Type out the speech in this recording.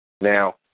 Now